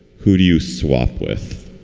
who do you swap with?